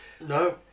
No